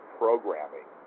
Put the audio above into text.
programming